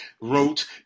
wrote